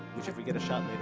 which if we get a shot